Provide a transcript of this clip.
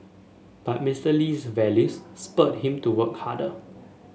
but Mister Lee's values spurred him to work harder